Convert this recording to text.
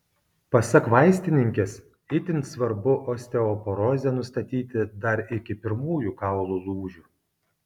pasak vaistininkės itin svarbu osteoporozę nustatyti dar iki pirmųjų kaulų lūžių